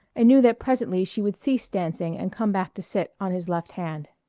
and knew that presently she would cease dancing and come back to sit on his left hand.